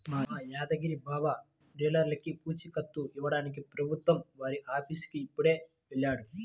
మా యాదగిరి బావ బిడ్డర్లకి పూచీకత్తు ఇవ్వడానికి ప్రభుత్వం వారి ఆఫీసుకి ఇప్పుడే వెళ్ళాడు